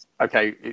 okay